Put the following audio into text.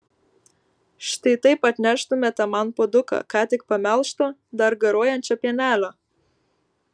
štai taip atneštumėte man puoduką ką tik pamelžto dar garuojančio pienelio